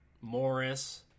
Morris –